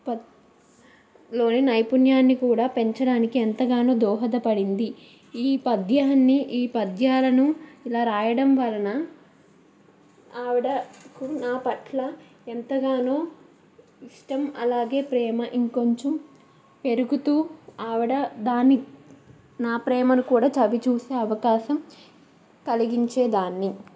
పద్య లోని నైపుణ్యాన్ని కూడా పెంచడానికి ఎంతగానో దోహదపడింది ఈ పద్యాన్ని ఈ పద్యాలను ఇలా రాయడం వలన ఆవిడ నా పట్ల ఎంతగానో ఇష్టం అలాగే ప్రేమ ఇంకొంచెం పెరుగుతూ ఆవిడ దాన్ని నా ప్రేమను కూడా చవిచూసి అవకాశం కలిగించే దాన్ని